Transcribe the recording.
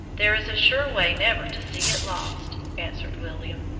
there is a sure way never to see it lost, answered william,